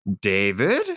David